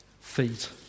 feet